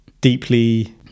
deeply